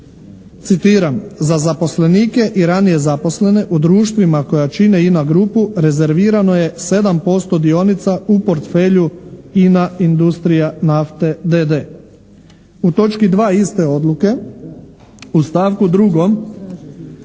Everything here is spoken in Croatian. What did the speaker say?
citiram: "Za zaposlenike i ranije zaposlene u društvima koja čine INA grupu rezervirano je 7% dionica u portfelju INA – Industrija nafte d.d.". U točki 2. iste odluke u stavku 2.